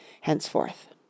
henceforth